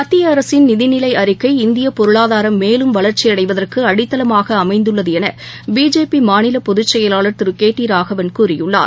மத்திய அரசின் நிதிநிலை அறிக்கை இந்தியப் பொருளாதாரம் மேலும் வளர்ச்சியடைவதற்கு அடித்தளமாக அமைந்துள்ளது என பிஜேபி மாநில பொதுச் செயலாளர் திரு கே டி ராகவன் கூறியுள்ளார்